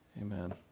amen